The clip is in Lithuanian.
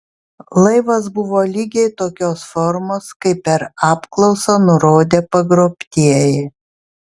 laivas buvo lygiai tokios formos kaip per apklausą nurodė pagrobtieji